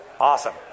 Awesome